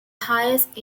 highest